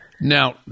Now